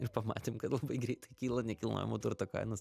ir pamatėm kad labai greitai kyla nekilnojamo turto kainos